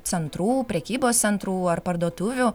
centrų prekybos centrų ar parduotuvių